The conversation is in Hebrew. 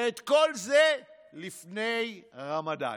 וכל זה לפני רמדאן.